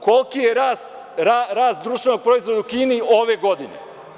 Koliki je rast društvenog proizvoda u Kini ove godine?